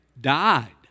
died